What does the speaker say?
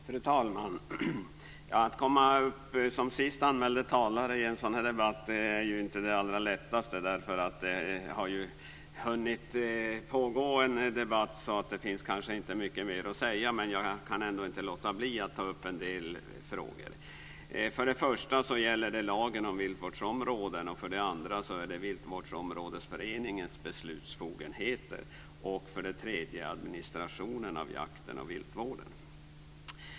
Fru talman! Att komma upp som sist anmälde talare i en sådan här debatt är ju inte det allra lättaste. Det finns kanske inte så mycket mer att säga, men jag kan ändå inte låta bli att ta upp en del frågor. För det första gäller det lagen om viltvårdsområden. För det andra gäller det viltvårdsområdesföreningens beslutsbefogenheter. För det tredje gäller det administrationen av jakten och viltvården.